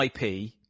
IP